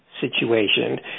situation